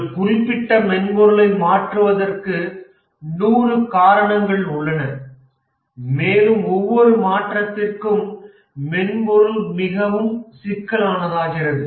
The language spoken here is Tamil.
ஒரு குறிப்பிட்ட மென்பொருளை மாற்றுவதற்கு 100 காரணங்கள் உள்ளன மேலும் ஒவ்வொரு மாற்றத்திற்கும் மென்பொருள் மிகவும் சிக்கலானதாகிறது